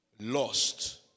lost